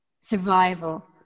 survival